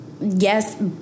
yes